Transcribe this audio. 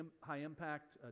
high-impact